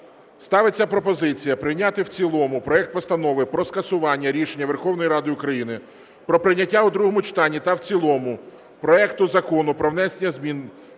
Ставиться пропозиція прийняти в цілому проект Постанови про скасування рішення Верховної Ради України про прийняття у другому читанні та в цілому проекту Закону "Про внесення змін